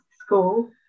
school